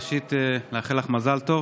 ראשית, נאחל לך מזל טוב,